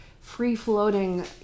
free-floating